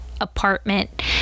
apartment